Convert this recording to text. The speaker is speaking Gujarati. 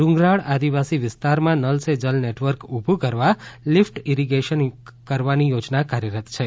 ડુંગરાળ આદિવાસી વિસ્તારમાં નલ સે જલ નેટવર્ક ઉભું કરવા લિફ્ટ ઈરીગેશન કરવાની યોજના કાર્યરત છે